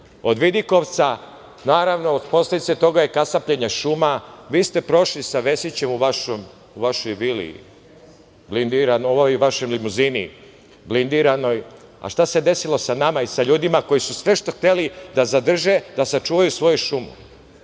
od vidikovca. Naravno, posledica toga je kasapljenje šuma. Vi ste prošli sa Vesićem u vašoj blindiranoj limuzini, a šta se desilo sa nama i sa ljudima koji su hteli da zadrže, sačuvaju svoju šumu?